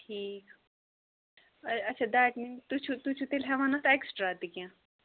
ٹھیٖک اَچھا that means تُہۍ چھُو تُہۍ چھُو تیٚلہِ ہٮ۪وان اَتھ ایٚکٕسٹرا تہِ کیٚنٛہہ